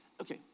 Okay